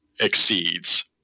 exceeds